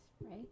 right